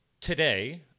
today